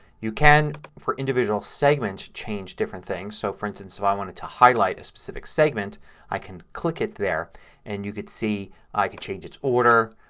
you can, for individual segments, change different things. so, for instance, if i wanted to highlight a specific segment i can click it there and you could see i change its order,